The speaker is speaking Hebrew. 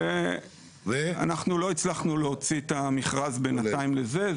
לא הצלחנו להוציא את המכרז בינתיים לזה.